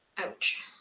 ouch